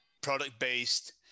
product-based